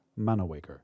manowaker